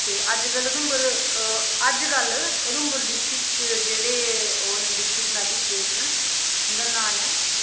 ते अजकल उधमपुर अजकल उधमपुर डिस्ट्रिक च जेह्ड़े ओह् न डिस्ट्रिक मैजिस्ट्रेट न उं'दा नांऽ ऐ